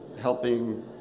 helping